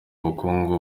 ubukungu